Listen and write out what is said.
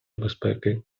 безпеки